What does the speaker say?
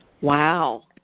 Wow